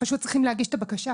פשוט הם צריכים להגיש את הבקשה.